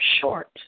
short